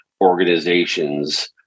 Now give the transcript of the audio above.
organizations